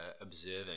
observing